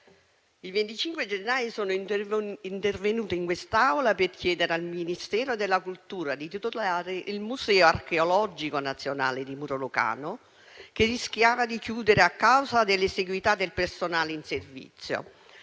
il 25 gennaio sono intervenuta in quest'Aula per chiedere al Ministro della cultura di tutelare il museo archeologico nazionale di Muro Lucano, che rischiava di chiudere a causa dell'esiguità del personale in servizio,